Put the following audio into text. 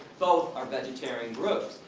both are vegetarian groups.